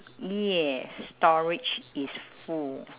yes storage is full